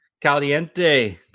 caliente